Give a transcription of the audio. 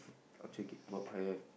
okay work have